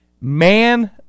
Man